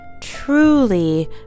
truly